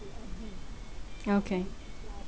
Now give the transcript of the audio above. okay